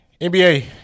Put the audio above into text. NBA